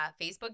Facebook